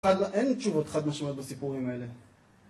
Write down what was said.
אין תשובות חד משמעות בסיפורים האלה